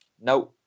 No